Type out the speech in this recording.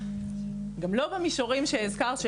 לא רק במישורים שהזכרת,